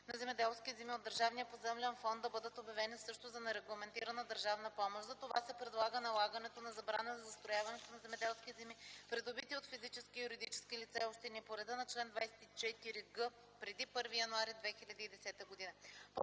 на земеделски земи от държавния поземлен фонд да бъдат обявени също за нерегламентирана държавна помощ. Затова се предлага налагането на забрана за застрояването на земеделски земи, придобити от физически и юридически лица, и общини по реда на чл. 24г преди 1 януари 2010 г.